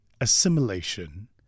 assimilation